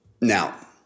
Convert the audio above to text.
Now